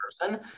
person